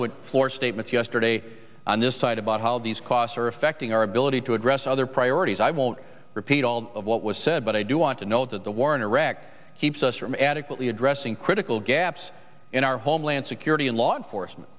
eloquent floor statement yesterday on this side about how these costs are affecting our ability to address other priorities i won't repeat all of what was said but i do want to note that the war in iraq keeps us from adequately addressing critical gaps in our homeland security and law enforcement